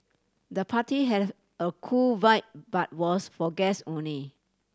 the party had a cool vibe but was for guests only